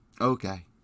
Okay